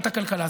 את הכלכלה.